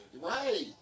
Right